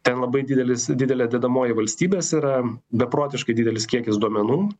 ten labai didelis didelė dedamoji valstybės yra beprotiškai didelis kiekis duomenų